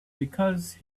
because